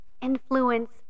influence